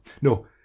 No